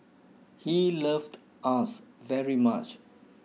he loved us very much